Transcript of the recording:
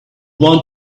want